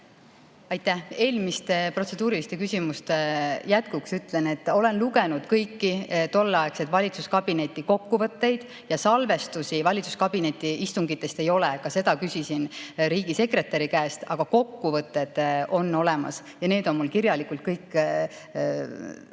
Aitäh! Eelmiste protseduuriliste küsimuste jätkuks ütlen, et olen lugenud kõiki tolleaegseid valitsuskabineti kokkuvõtteid. Salvestisi valitsuskabineti istungitest ei ole, ka seda küsisin riigisekretäri käest, aga kokkuvõtted on olemas. Need on mul kirjalikult kõik